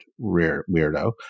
weirdo